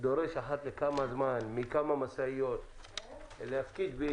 דורש אחת לכמה זמן מכמה משאיות להפקיד את